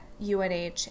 UNH